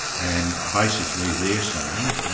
and basically they're saying,